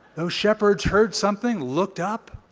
those shepherds heard something, looked up.